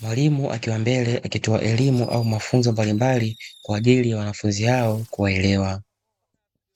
Mwalimu akiwa mbele akitoa elimu au mafunzo mbalimbali, kwa ajili ya wanafunzi hao kuelewa.